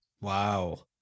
Wow